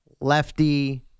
Lefty